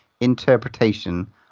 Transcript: interpretation